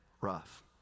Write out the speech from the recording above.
rough